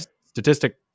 statistic